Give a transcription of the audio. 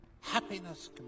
happiness